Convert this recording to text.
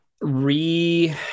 re